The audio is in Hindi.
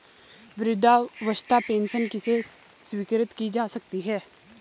वृद्धावस्था पेंशन किसे स्वीकृत की जा सकती है?